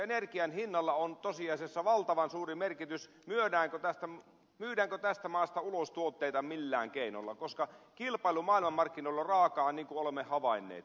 energian hinnalla on tosiasiassa valtavan suuri merkitys myydäänkö tästä maasta ulos tuotteita millään keinoilla koska kilpailu maailmanmarkkinoilla on raakaa niin kuin olemme havainneet